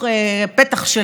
רבותיי חברי הכנסת,